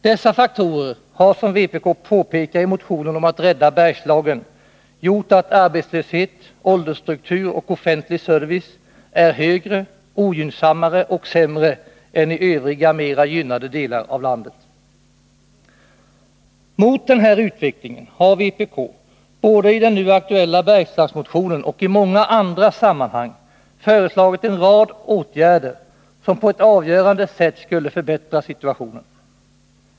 Dessa faktorer har gjort, som vpk påpekar i motionen om att rädda Bergslagen, att arbetslöshet, åldersstruktur och offentlig service är högre, ogynnsammare och sämre än i övriga, mer gynnade delar av landet. Mot den här utvecklingen har vpk, både i den nu aktuella Bergslagsmotionen och i många andra sammanhang, föreslagit en rad åtgärder som på ett avgörande sätt skulle förbättra situationen.